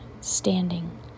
standing